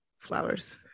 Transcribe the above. flowers